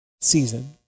season